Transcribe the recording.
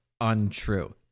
untrue